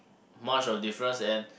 much of a difference and